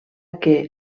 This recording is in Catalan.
que